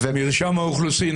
מרשם האוכלוסין,